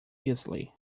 easily